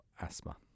asthma